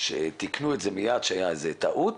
שתיקנו ואמרו שהייתה טעות